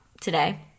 today